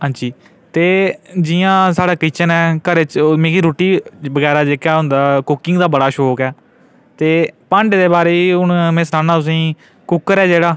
हांजी ते जि'यां साढ़ा किचन ऐ घरै च मिगी रुट्टी बगैरा जेह्का होंदा कुकिंग दा बड़ा शौक ऐ ते भांडे दे बारे च हून में सनान्ना तु'सें ई कुक्कर ऐ जेह्ड़ा